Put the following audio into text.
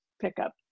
pickup